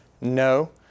No